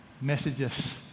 messages